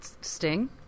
Sting